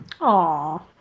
Aw